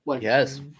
Yes